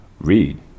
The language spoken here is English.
read